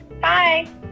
Bye